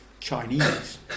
Chinese